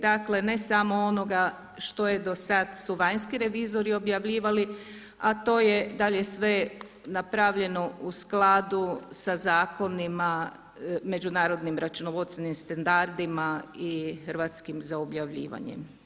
Dakle ne samo onoga što je do sad su vanjski revizori objavljivali a to je dalje sve napravljeno u skladu sa zakonima, međunarodnim računovodstvenim standardima i hrvatskim za objavljivanje.